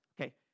Okay